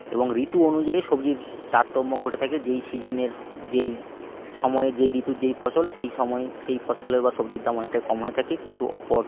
এবং ঋতু অনুযায়ী সবজির তারতম্য ঘটে থাকে যেই সিজনের যেই সময়ে যেই ঋতুর যেই ফসল সেই সময়ে সেই ফসলের বা সবজির দাম অনেকটাই কম হয়ে থাকে কিন্তু অপর